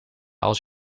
als